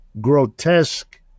grotesque